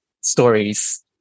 stories